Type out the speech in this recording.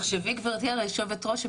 תחשבי על זה רגע היושבת ראש,